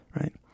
right